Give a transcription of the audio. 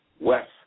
west